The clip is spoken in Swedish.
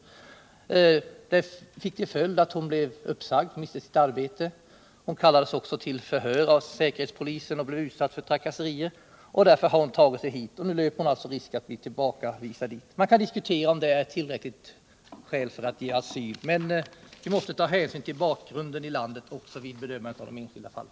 Det fick till följd att hon blev uppsagd mitt under sitt arbete. Hon kallades till förhör av säkerhetspolisen och blev utsatt för trakasserier. Därför har hon tagit sig hit, och nu löper hon alltså risk att bli tillbakavisad till Chile. Man kan diskutera om det som hänt henne utgör tillräckligt skäl för att ge asyl, men vi måste ta hänsyn också till bakgrundsförhållandena i landet vid bedömningen av de enskilda fallen.